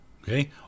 Okay